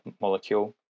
molecule